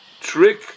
trick